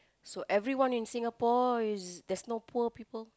so everyone in Singapore is there's no poor people